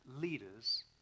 leaders